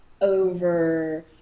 over